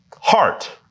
heart